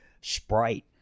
Sprite